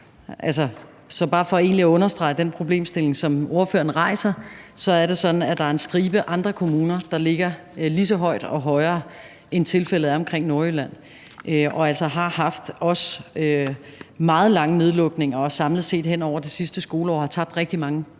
Så for at understrege den problemstilling, som ordføreren rejser, vil jeg egentlig bare sige, at det er sådan, at der er en stribe andre kommuner, der ligger lige så højt og også højere, end tilfældet er omkring Nordjylland, og altså også har haft meget lange nedlukninger og samlet set hen over det sidste skoleår tabt rigtig mange